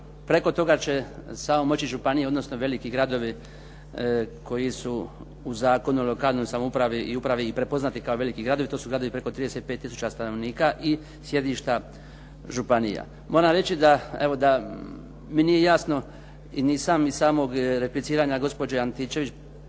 preko toga će samo moći županije, odnosno veliki gradovi koji su u Zakonu o lokalnoj samoupravi i upravi prepoznati kao veliki gradovi, to su gradovi preko 35 tisuća stanovnika i sjedišta županija. Moram reći da evo mi nije jasno i nisam iz samog repliciranja gospođe Antičević